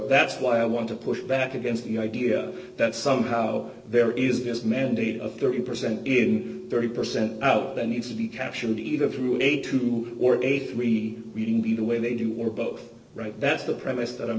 that's why i want to push back against the idea that somehow there is this mandate of there in percent in thirty percent out there needs to be captured either through a two or a three we can be the way they do or both right that's the premise that i'm